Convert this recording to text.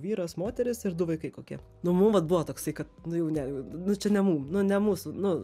vyras moteris ir du vaikai kokie nu mum vat buvo toksai nu jau ne nu čia ne mum nu ne mūsų nu